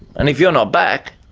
and if you're not back,